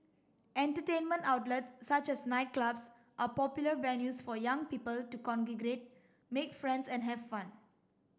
entertainment outlets such as nightclubs are popular venues for young people to congregate make friends and have fun